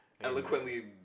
eloquently